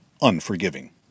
unforgiving